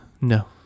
No